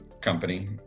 company